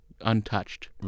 untouched